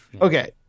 Okay